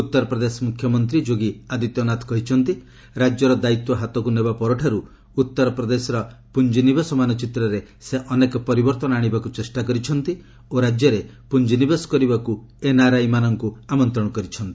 ଉତ୍ତର ପ୍ରଦେଶ ମ୍ରଖ୍ୟମନ୍ତ୍ରୀ ଯୋଗୀ ଆଦିତ୍ୟନାଥ କହିଛନ୍ତି ରାଜ୍ୟର ଦାୟିତ୍ୱ ହାତକୁ ନେବା ପରଠାରୁ ଉତ୍ତର ପ୍ରଦେଶର ପୁଞ୍ଜିନିବେଶ ମାନଚିତ୍ରରେ ସେ ଅନେକ ପରିବର୍ତ୍ତନ ଆଣିବାକୁ ଚେଷ୍ଟା କରିଛନ୍ତି ଓ ରାଜ୍ୟରେ ପୁଞ୍ଜିନିବେଶ କରିବାକୁ ଏନ୍ଆର୍ଆଇମାନଙ୍କୁ ଆମନ୍ତ୍ରଣ କରିଛନ୍ତି